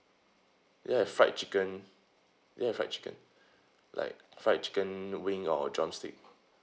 do you have fried chicken do you have fried chicken like fried chicken wing or drumstick